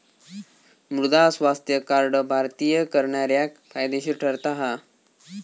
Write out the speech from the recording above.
मृदा स्वास्थ्य कार्ड भारतीय करणाऱ्याक फायदेशीर ठरता हा